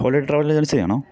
holy travel agency ആണോ